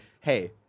hey